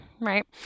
Right